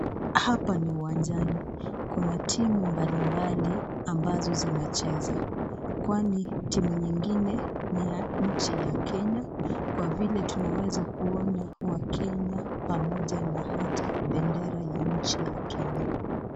Hapa ni uwanjani. Kuna timu mbali mbali ambazo zinacheza, kwani timu nyingine ni ya nchi ya Kenya kwa vile tunaeza kuwaona wakenya pamoja na hata bendera ya nchi ya Kenya.